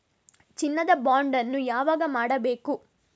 ಚಿನ್ನ ದ ಬಾಂಡ್ ಅನ್ನು ಯಾವಾಗ ಮಾಡಬೇಕು?